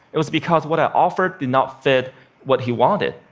it was because what i offered did not fit what he wanted.